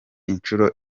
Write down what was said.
inshuro